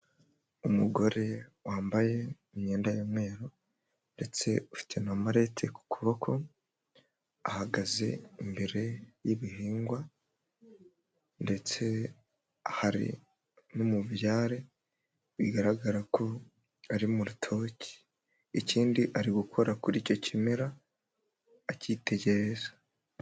Umugore wambaye imyenda y'umweru, ndetse ufite na marete ku kuboko, ahagaze imbere y'ibihingwa, ndetse hari n'umubyare, bigaragara ko ari mu rutoki. Ikindi, ari gukora kuri icyo kimera, acyitegereza.